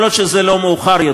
כל עוד לא מאוחר,